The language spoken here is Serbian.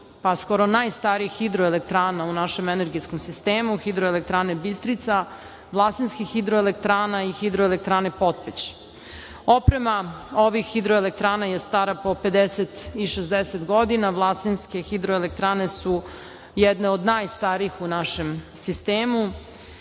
pa skoro najstarijih, hidroelektrana u našem energetskom sistemu – HE „Bistrica“, Vlasinskih hidroelektrana i HE „Potpeć“. Oprema ovih hidroelektrana je stara po 50 i 60 godina. Vlasinske hidroelektrane su jedne od najstarijih u našem sistemu